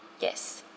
yes